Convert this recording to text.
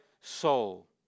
soul